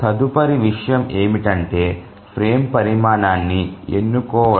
తదుపరి విషయం ఏమిటంటే ఫ్రేమ్ పరిమాణాన్ని ఎన్నుకోవడం